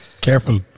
Careful